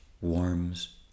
warms